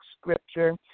scripture